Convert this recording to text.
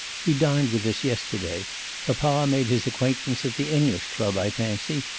he dined with us yesterday papa made his acquaintance at the english club, i fancy,